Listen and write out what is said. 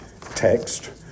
text